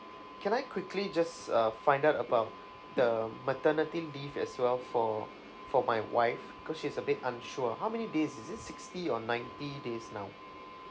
can I quickly just uh find out about the maternity leave as well for for my wife cause she's a bit unsure how many days is it sixty or ninety days now